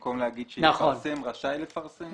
במקום לומר "שיפרסם" לומר" רשאי לפרסם"?